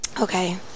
Okay